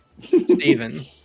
Steven